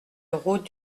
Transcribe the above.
route